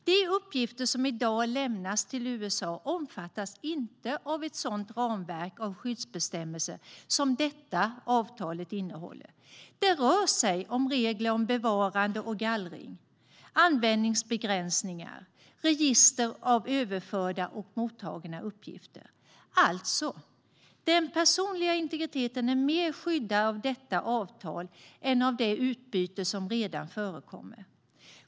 De uppgifter som i dag lämnas till USA omfattas inte av ett sådant ramverk av skyddsbestämmelser som detta avtal innehåller. Det rör sig om regler om bevarande och gallring, användningsbegränsningar samt register av överförda och mottagna uppgifter. Den personliga integriteten är alltså mer skyddad av detta avtal än av det utbyte som redan förekommer.